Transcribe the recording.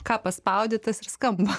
ką paspaudi tas ir skamba